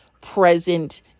present